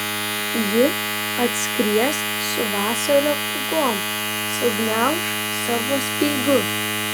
ji atskries su vasario pūgom sugniauš savo speigu